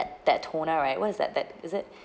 that that toner right what is that that is it